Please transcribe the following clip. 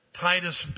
Titus